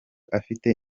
afite